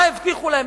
מה הבטיחו להם?